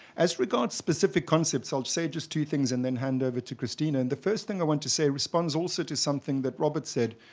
as regards specific concepts, i'll say just two things and then hand over to cristina. and the first thing i want to say responds also to something that robert said.